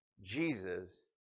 Jesus